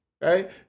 Right